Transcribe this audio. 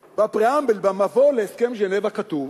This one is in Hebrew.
ב-preamble, במבוא להסכם ז'נבה, כתוב: